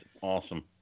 awesome